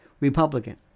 Republican